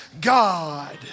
God